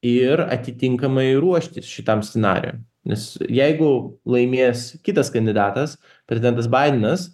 ir atitinkamai ruoštis šitam scenarijui nes jeigu laimės kitas kandidatas prezidentas baidenas